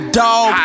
dog